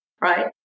Right